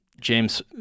James